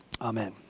Amen